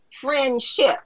friendship